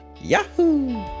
Yahoo